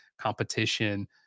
competition